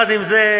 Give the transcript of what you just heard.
עם זה,